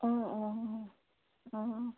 অঁ অঁ অঁ